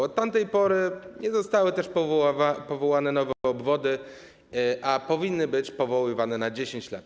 Od tamtej pory nie zostały też powołane nowe obwody, a powinny być powoływane na 10 lat.